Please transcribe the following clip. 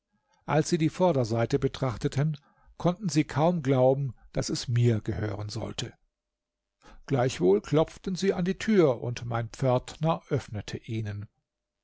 als sie die vorderseite betrachteten konnten sich kaum glauben daß es mir gehören sollte gleichwohl klopften sie an die tür und mein pförtner öffnete ihnen